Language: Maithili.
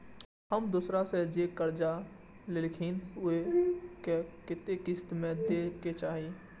हम दोसरा से जे कर्जा लेलखिन वे के कतेक किस्त में दे के चाही?